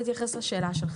אני אתייחס לשאלה שלך.